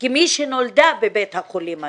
כמי שנולדה בבית החולים הזה,